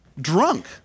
drunk